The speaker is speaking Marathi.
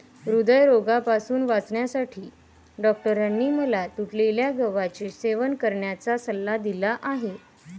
हृदयरोगापासून वाचण्यासाठी डॉक्टरांनी मला तुटलेल्या गव्हाचे सेवन करण्याचा सल्ला दिला आहे